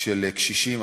של קשישים,